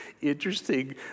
interesting